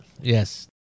yes